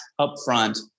upfront